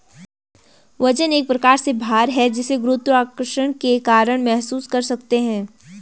वजन एक प्रकार से भार है जिसे गुरुत्वाकर्षण के कारण महसूस कर सकते है